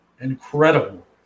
incredible